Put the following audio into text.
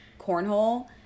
cornhole